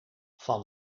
van